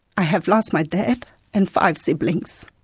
i have lost my dad and five siblings.